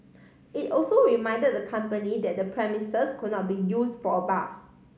it also reminded the company that the premises could not be use for a bar